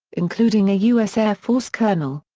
including a u s. air force colonel.